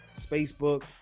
Facebook